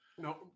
No